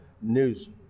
news